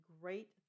great